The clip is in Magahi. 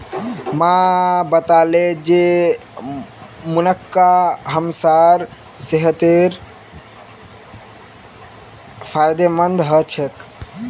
माँ बताले जे मुनक्का हमसार सेहतेर फायदेमंद ह छेक